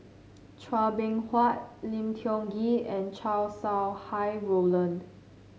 Chua Beng Huat Lim Tiong Ghee and Chow Sau Hai Roland